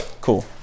cool